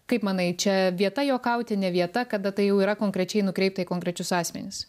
kaip manai čia vieta juokauti ne vieta kada tai jau yra konkrečiai nukreipta į konkrečius asmenis